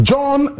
John